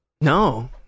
no